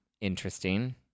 interesting